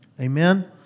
amen